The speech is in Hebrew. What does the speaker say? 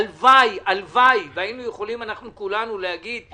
הלוואי והיינו יכולים להגיד שיש תקציב,